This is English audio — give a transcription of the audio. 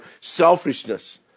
selfishness